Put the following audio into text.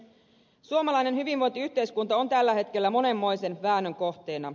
suomalainen hyvinvointiyhteiskunta on tällä hetkellä monenmoisen väännön kohteena